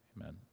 amen